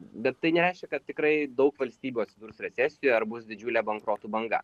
bet tai nereiškia kad tikrai daug valstybių atsidurs recesijoje ar bus didžiulė bankrotų banga